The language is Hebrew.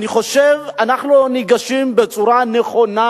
אני חושב שאנחנו לא ניגשים בצורה נכונה